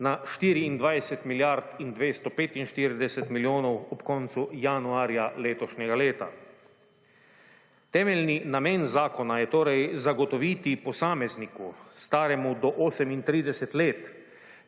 na 24 milijard in 245 milijonov ob koncu januarja letošnjega leta. Temeljni namen zakona je torej zagotoviti posamezniku staremu do 38 let,